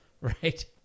Right